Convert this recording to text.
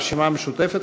הרשימה המשותפת,